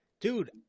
dude